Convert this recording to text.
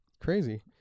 crazy